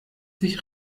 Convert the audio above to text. sich